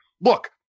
look